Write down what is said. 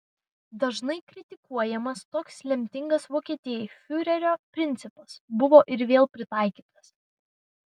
dažnai kritikuojamas toks lemtingas vokietijai fiurerio principas buvo ir vėl pritaikytas